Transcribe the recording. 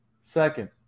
Second